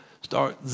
start